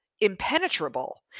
impenetrable